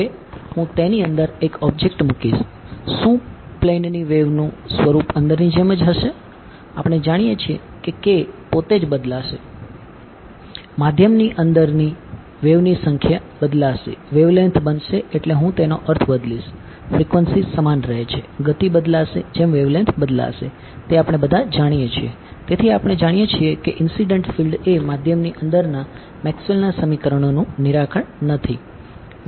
હવે હું તેની અંદર એક ઑબ્જેક્ટ મૂકીશ શું પ્લેનની વેવનું સ્વરૂપ અંદરની જેમ જ હશે આપણે જાણીએ છીએ કે k પોતે જ બદલાશે માધ્યમ નથી